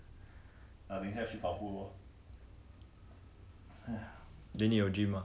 night shift ah 你在 training for 以后的:yihou de flight ah